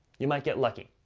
you might get lucky.